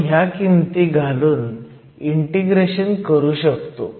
आपण ह्या किमती घालून इंटेग्रेशन करू शकतो